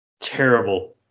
terrible